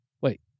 Wait